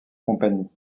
compagnie